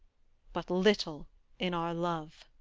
but little in our love.